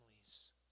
families